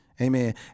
Amen